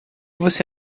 você